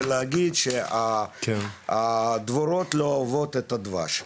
זה להגיד שהדבורים לא אוהבות את הדבש.